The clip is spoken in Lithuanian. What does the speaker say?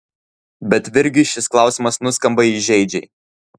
bet virgiui šis klausimas nuskamba įžeidžiai